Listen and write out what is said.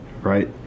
right